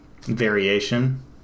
variation